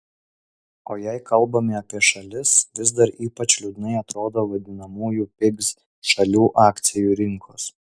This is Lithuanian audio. o jei kalbame apie šalis vis dar ypač liūdnai atrodo vadinamųjų pigs šalių akcijų rinkos